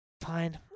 Fine